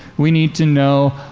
we need to know,